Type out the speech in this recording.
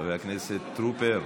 חבר הכנסת טרופר.